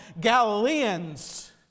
Galileans